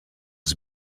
his